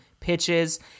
pitches